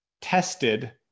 tested